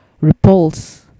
repulse